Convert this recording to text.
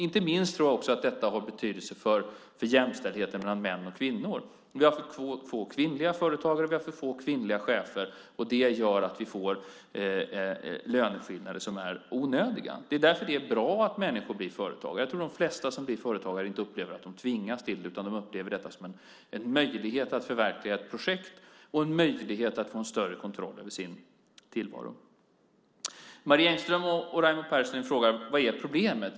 Inte minst tror jag att detta också har betydelse för jämställdheten mellan män och kvinnor. Vi har för få kvinnliga företagare och för få kvinnliga chefer, och det gör att vi får löneskillnader som är onödiga. Det är därför det är bra att människor blir företagare. Jag tror att de flesta som blir företagare inte upplever att de tvingas till det, utan de upplever detta som en möjlighet att förverkliga ett projekt och en möjlighet att få en större kontroll över sin tillvaro. Marie Engström och Raimo Pärssinen frågade: Vad är problemet?